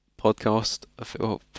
podcast